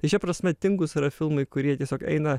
tai šia prasme tingūs yra filmai kurie tiesiog eina